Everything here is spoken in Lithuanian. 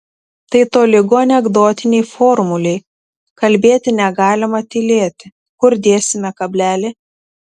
tai tolygu anekdotinei formulei kalbėti negalima tylėti kur dėsime kablelį